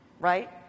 right